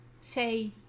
say